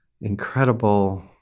incredible